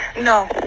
No